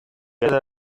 della